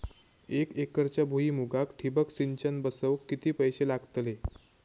एक एकरच्या भुईमुगाक ठिबक सिंचन बसवूक किती पैशे लागतले?